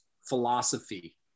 philosophy